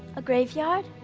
a graveyard?